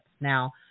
Now